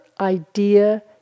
idea